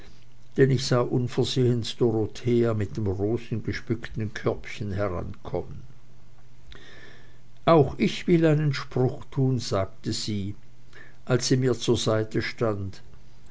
denn ich sah unversehens dorothea mit dem rosengeschmückten körbchen herankommen auch ich will einen spruch tun sagte sie als sie mir zur seite stand